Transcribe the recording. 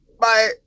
bye